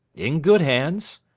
in good hands?